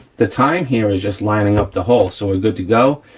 the time here is just lining up the hole, so we're good to go,